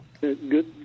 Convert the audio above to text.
Good